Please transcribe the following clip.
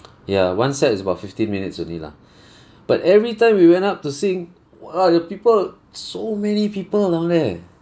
ya one set is about fifteen minutes only lah but every time we went up to sing !walao! the people so many people down there